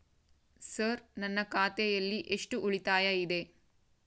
Sir ನನ್ನ ಖಾತೆಯಲ್ಲಿ ಎಷ್ಟು ಉಳಿತಾಯ ಇದೆ?